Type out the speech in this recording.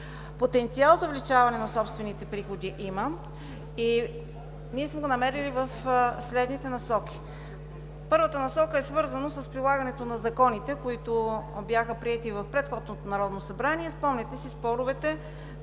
Потенциал за увеличаване на собствените приходи има и ние сме го намерили в следните насоки. Първата насока е свързана с прилагането на законите, които бяха приети в предходното Народно събрание.